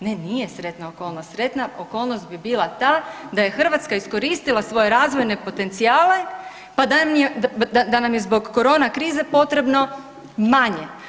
Ne nije sretna okolnost, sretna okolnost bi bila ta da je Hrvatska iskoristila svoje razvojne potencijale, pa da nam je zbog corona krize potrebno manje.